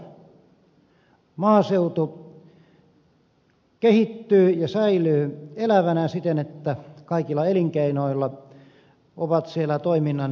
maaseutu kehittyy ja säilyy elävänä siten että kaikilla elinkeinoilla on siellä toiminnan edellytykset